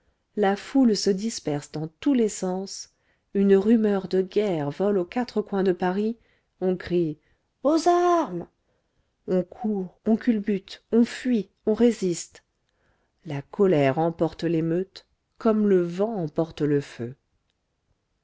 la foule se disperse dans tous les sens une rumeur de guerre vole aux quatre coins de paris on crie aux armes on court on culbute on fuit on résiste la colère emporte l'émeute comme le vent emporte le feu